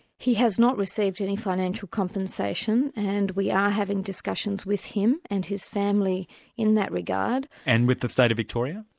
he has not received any financial compensation, and we are having discussions with him and his family in that regard. and with the state of victoria?